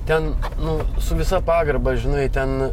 ten nu su visa pagarba žinai ten